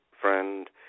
friend